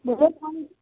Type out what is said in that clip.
બોલો કોણ